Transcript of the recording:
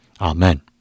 Amen